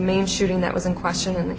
main shooting that was in question in the